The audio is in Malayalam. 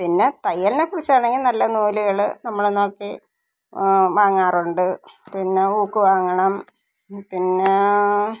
പിന്നെ തയ്യലിനെക്കുറിച്ചാണെങ്കിൽ നല്ല നൂലുകൾ നമ്മൾ നോക്കി വാങ്ങാറുണ്ട് പിന്നെ ഹൂക്ക് വാങ്ങണം പിന്നെ